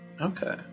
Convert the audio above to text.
Okay